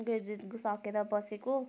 graduate सकेर बसेको